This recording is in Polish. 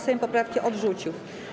Sejm poprawki odrzucił.